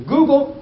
Google